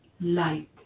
light